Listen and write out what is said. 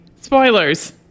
Spoilers